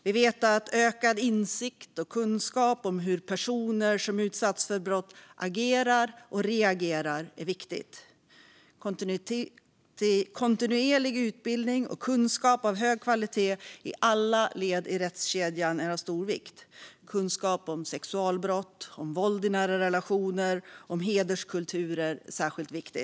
Vi vet att ökad insikt och kunskap om hur personer som har utsatts för brott agerar och reagerar är viktigt. Kontinuerlig utbildning och kunskap av hög kvalitet i alla led i rättskedjan är av stor vikt. Kunskap om sexualbrott, om våld i nära relationer, om hederskulturer är särskilt viktig.